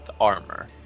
armor